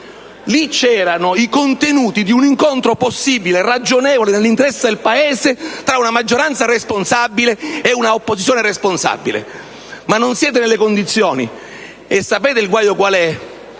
vi erano i contenuti di un incontro possibile, ragionevole, nell'interesse del Paese tra una maggioranza e un'opposizione responsabili. Ma non siete in queste condizioni. E sapete qual è